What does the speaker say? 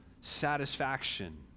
satisfaction